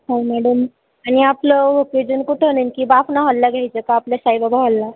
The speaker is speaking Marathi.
हो मॅडम आणि आपलं ओकेजन कुठं नेमकं बाफना हॉलला घ्यायचं का आपल्या साईबाबा हॉलला